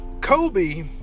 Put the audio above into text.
Kobe